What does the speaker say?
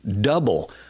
Double